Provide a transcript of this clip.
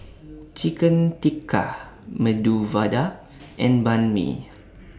Chicken Tikka Medu Vada and Banh MI